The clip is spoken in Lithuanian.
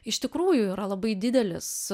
iš tikrųjų yra labai didelis